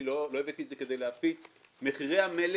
פשוט לא הבאתי את זה כדי להפיץ מחירי המלט